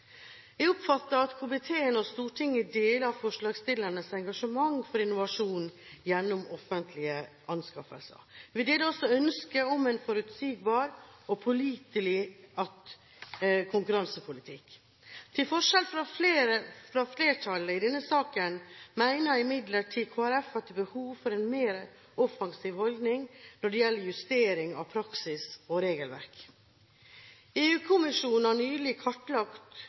Jeg oppfatter at komiteen og Stortinget deler forslagsstillernes engasjement for innovasjon gjennom offentlige anskaffelser. Vi deler også ønsket om en forutsigbar og pålitelig konkurransepolitikk. Til forskjell fra flertallet i denne saken mener imidlertid Kristelig Folkeparti at det er behov for en mer offensiv holdning når det gjelder justering av praksis og regelverk. EU-kommisjonen har nylig kartlagt